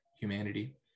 humanity